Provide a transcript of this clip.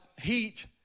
heat